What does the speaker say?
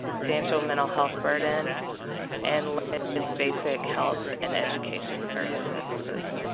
substantial mental health burden and limited basic health and education services.